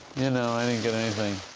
yeah, no, i didn't get anything.